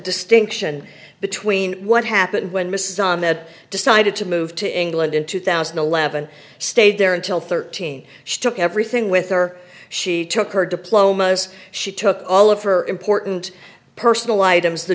distinction between what happened when mrs ahmed decided to move to england in two thousand and eleven stayed there until thirteen she took everything with her she took her diplomas she took all of her important personal items the